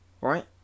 right